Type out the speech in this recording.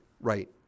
right